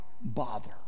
bother